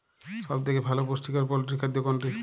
সব থেকে ভালো পুষ্টিকর পোল্ট্রী খাদ্য কোনটি?